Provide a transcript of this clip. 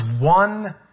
one